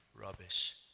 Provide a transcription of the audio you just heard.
rubbish